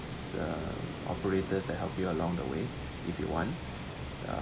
uh operators that help you along the way if you want uh